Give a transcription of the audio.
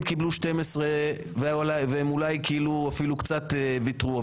קיבלו 12 והם אולי אפילו כאילו קצת ויתרו.